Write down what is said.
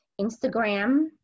Instagram